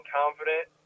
confident